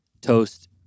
toast